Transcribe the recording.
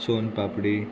soan papdi